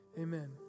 amen